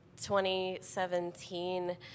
2017